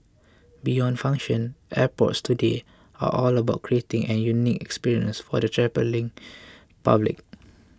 beyond function airports today are all about creating an unique experience for the travelling public